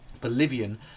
Bolivian